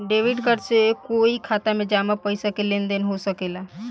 debit card से कोई के खाता में जामा पइसा के लेन देन हो सकेला